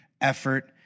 effort